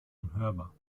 unhörbar